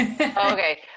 Okay